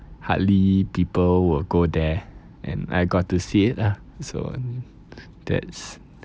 hardly people will go there and I got to see it lah so that's